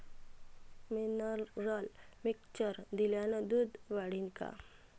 Mineral mixture दिल्यानं दूध वाढीनं का?